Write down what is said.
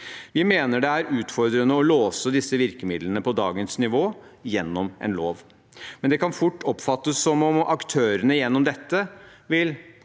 Vi mener det er utfordrende å låse disse virkemidlene på dagens nivå gjennom en lov. Det kan fort oppfattes som om aktørene gjennom dette vil